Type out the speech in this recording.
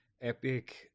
epic